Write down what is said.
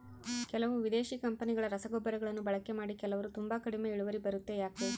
ಕೆಲವು ವಿದೇಶಿ ಕಂಪನಿಗಳ ರಸಗೊಬ್ಬರಗಳನ್ನು ಬಳಕೆ ಮಾಡಿ ಕೆಲವರು ತುಂಬಾ ಕಡಿಮೆ ಇಳುವರಿ ಬರುತ್ತೆ ಯಾಕೆ?